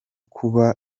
kuba